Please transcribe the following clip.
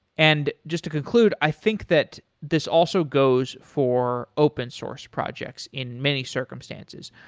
and just to conclude, i think that this also goes for open source projects in many circumstances.